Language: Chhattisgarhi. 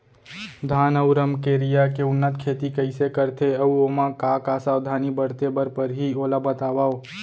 धान अऊ रमकेरिया के उन्नत खेती कइसे करथे अऊ ओमा का का सावधानी बरते बर परहि ओला बतावव?